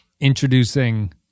introducing